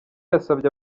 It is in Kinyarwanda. yasabye